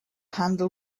handle